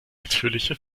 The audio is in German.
natürliche